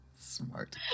smart